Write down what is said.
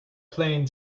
plane